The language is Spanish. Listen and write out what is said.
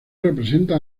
representa